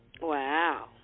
Wow